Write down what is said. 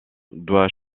doit